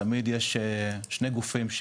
תמיד יש שני גופים,